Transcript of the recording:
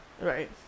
Right